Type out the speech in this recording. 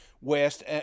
West